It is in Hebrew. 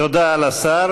תודה לשר.